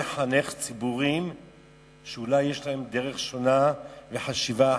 לחנך ציבור שאולי יש לו דרך שונה וחשיבה אחרת.